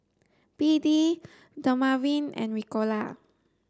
B D Dermaveen and Ricola